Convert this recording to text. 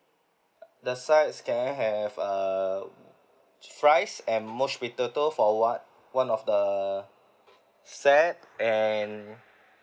the sides can I have err ch~ fries and mashed potato for one one of the set and